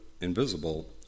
invisible